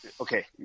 okay